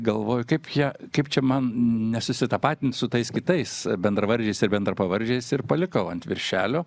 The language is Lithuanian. galvoju kaip ją kaip čia man nesusitapatint su tais kitais bendravardžiais ir bendrapavardžiais ir palikau ant viršelio